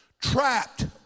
trapped